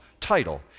title